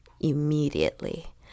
immediately